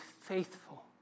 faithful